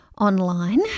online